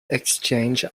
exchange